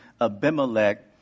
Abimelech